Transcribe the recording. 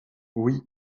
oui